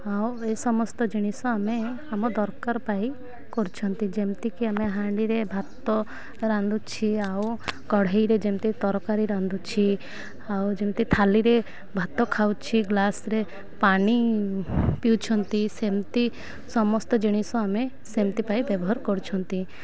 ଆଉ ଏ ସମସ୍ତ ଜିନିଷ ଆମେ ଆମ ଦରକାର ପାଇଁ କରୁଛନ୍ତି ଯେମିତିକି ଆମେ ହାଣ୍ଡିରେ ଭାତ ରାନ୍ଧୁଛି ଆଉ କଢ଼େଇରେ ଯେମିତି ତରକାରୀ ରାନ୍ଧୁଛି ଆଉ ଯେମିତି ଥାଳିରେ ଭାତ ଖାଉଛି ଗ୍ଲାସ୍ରେ ପାଣି ପିଉଛନ୍ତି ସେମିତି ସମସ୍ତ ଜିନିଷ ଆମେ ସେମିତି ପାଇଁ ବ୍ୟବହାର କରୁଛନ୍ତି